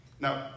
Now